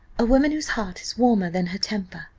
a woman whose heart is warmer than her temper.